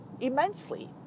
immensely